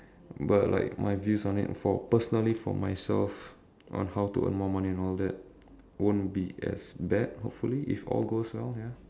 but like my views on it for personally for myself on how to earn more money and all that won't be as bad hopefully if all goes well ya